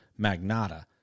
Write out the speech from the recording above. Magnata